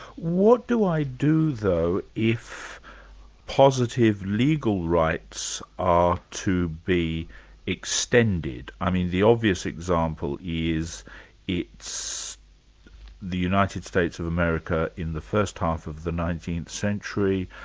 what do i do though if positive legal rights are to be extended? i mean the obvious example is the united states of america in the first half of the nineteenth century,